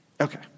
Okay